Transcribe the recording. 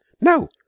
No